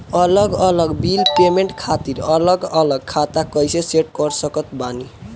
अलग अलग bill payment खातिर अलग अलग खाता कइसे सेट कर सकत बानी?